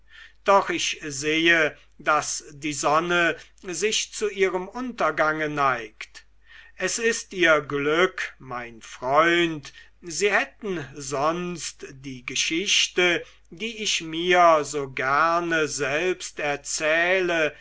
doch ich sehe daß die sonne sich zu ihrem untergange neigt es ist ihr glück mein freund sie hätten sonst die geschichte die ich mir so gerne selbst erzähle